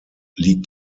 liegt